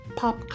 pop